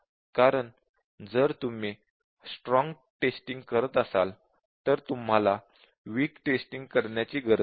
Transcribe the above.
कारण जर तुम्ही स्ट्रॉंग टेस्टिंग करत असाल तर तुम्हाला वीक टेस्टिंग करण्याची गरज नाही